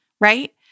right